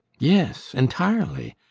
yes, entirely.